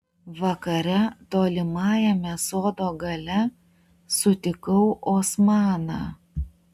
vakare tolimajame sodo gale sutikau osmaną